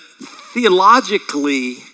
theologically